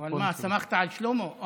מה, סמכת על שלמה?